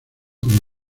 como